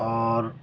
اور